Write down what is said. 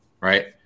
Right